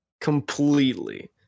Completely